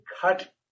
cut